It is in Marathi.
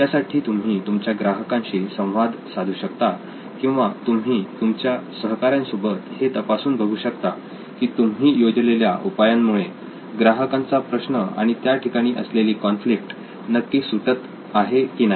त्यासाठी तुम्ही तुमच्या ग्राहकांशी संवाद साधू शकता किंवा तुम्ही तुमच्या सहकार्यांसोबत हे तपासून बघू शकता की तुम्ही योजलेल्या उपायांमुळे ग्राहकांचा प्रश्न आणि त्या ठिकाणी असलेली कॉन्फ्लिक्ट नक्की सुटत आहे की नाही